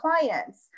clients